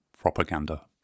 propaganda